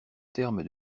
terme